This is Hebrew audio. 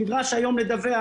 נדרש היום לדווח.